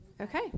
okay